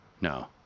no